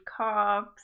carbs